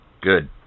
Good